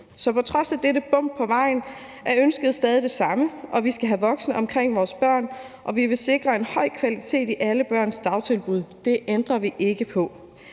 Så på trods af dette bump på vejen, er ønsket stadig det samme. Vi skal have voksne omkring vores børn, og vi vil sikre en høj kvalitet i alle børns dagtilbud. Det ændrer vi ikke på.